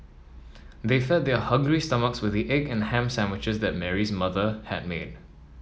they fed their hungry stomachs with the egg and ham sandwiches that Mary's mother had made